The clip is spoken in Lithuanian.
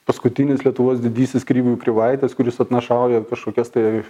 paskutinis lietuvos didysis krivių krivaitis kuris atnašauja kažkokias tai